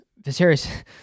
Viserys